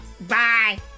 Bye